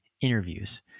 interviews